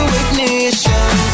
ignition